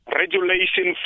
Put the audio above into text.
regulation